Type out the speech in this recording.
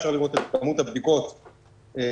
אפשר לראות את כמות הבדיקות שנעשית.